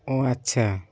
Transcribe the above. ও আচ্ছা